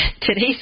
today's